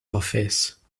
office